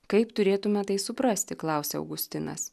kaip turėtume tai suprasti klausia augustinas